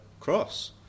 cross